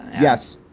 yes.